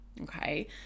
okay